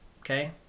Okay